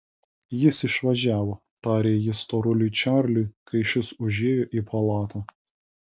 jis išvažiavo tarė ji storuliui čarliui kai šis užėjo į palatą